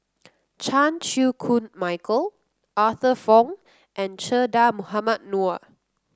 Chan Chew Koon Michael Arthur Fong and Che Dah Mohamed Noor